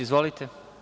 Izvolite.